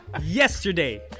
Yesterday